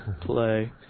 play